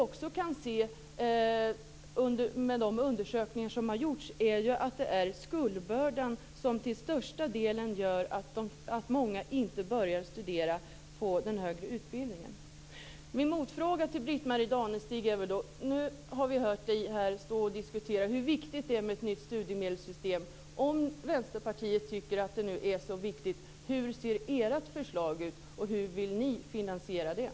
Genom de undersökningar som har gjorts vet vi att det är skuldbördan som till största delen gör att många inte börjar studera på den högre utbildningen. Jag vill ställa en motfråga till Britt-Marie Danestig. Nu har vi hört Britt-Marie Danestig stå här och diskutera hur viktigt det är med ett nytt studiemedelssystem. Om ni i Vänsterpartiet tycker att det nu är så viktigt, hur ser då ert förslag ut, och hur vill ni finansiera det?